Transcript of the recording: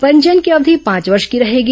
पंजीयन की अवधि पांच वर्ष की रहेगी